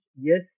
yes